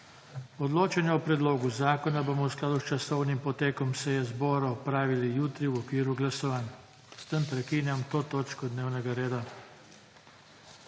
Odločanje o predlogu zakona bomo v skladu s časovnim potekom seje zbora opravili jutri v okviru glasovanj. S tem prekinjam to točko dnevnega reda.